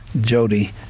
Jody